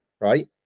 right